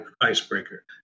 icebreaker